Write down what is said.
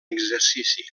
exercici